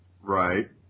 Right